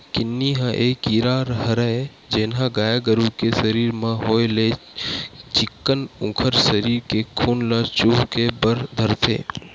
किन्नी ह ये कीरा हरय जेनहा गाय गरु के सरीर म होय ले चिक्कन उखर सरीर के खून ल चुहके बर धरथे